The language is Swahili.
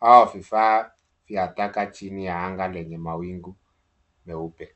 au vifaa vya taka chini ya anga lenye mawingu meupe.